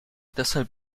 deshalb